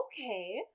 Okay